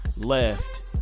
left